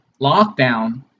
lockdown